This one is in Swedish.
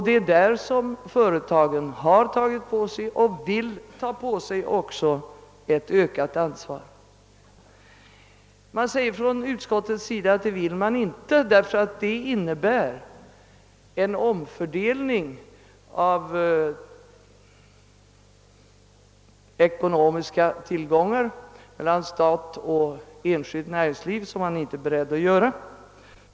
Det är där företagen har tagit på sig och också vill ta på sig ett ökat ansvar. Utskottet säger att förslaget innebär en omfördelning av ekonomiska tillgångar mellan staten och enskilt näringsliv som man inte är beredd att göra.